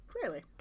Clearly